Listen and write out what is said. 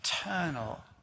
eternal